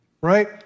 right